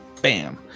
Bam